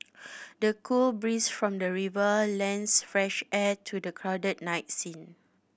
the cool breeze from the river lends fresh air to the crowded night scene